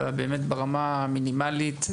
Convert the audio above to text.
באמת ברמה המינימלית,